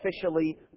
officially